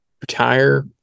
retire